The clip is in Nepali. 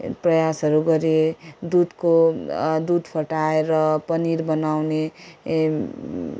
प्रयासहरू गरेँ दुधको दुध फटाएर पनिर बनाउने